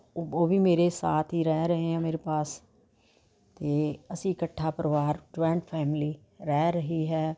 ਉਹ ਵੀ ਮੇਰੇ ਸਾਥ ਹੀ ਰਹਿ ਰਹੇ ਆ ਮੇਰੇ ਪਾਸ ਅਤੇ ਅਸੀਂ ਇਕੱਠਾ ਪਰਿਵਾਰ ਜੁਆਇੰਟ ਫੈਮਲੀ ਰਹਿ ਰਹੀ ਹੈ